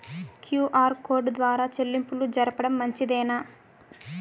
QR code ద్వారా చెల్లింపులు జరపడం మంచిదేనా?